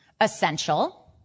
essential